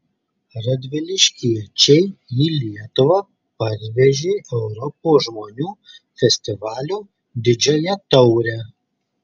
radviliškiečiai į lietuvą parvežė europos žmonių festivalio didžiąją taurę